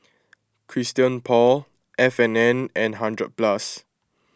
Christian Paul F and N and hundred Plus